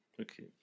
Okay